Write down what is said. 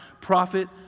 prophet